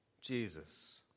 Jesus